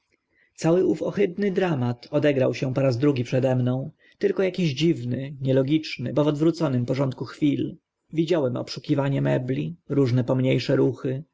cały ów ohydny dramat odegrał się po raz drugi przede mną tylko akiś dziwny nielogiczny bo w odwrotnym porządku chwil widziałem obszukiwanie mebli różne pomnie sze ruchy